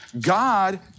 God